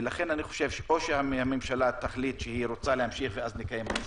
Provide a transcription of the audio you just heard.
ולכן אני חשוב או שהממשלה תחליט שהיא רוצה להמשיך ואז נקיים הצבעה,